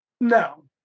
No